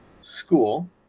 school